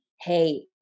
hey